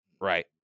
right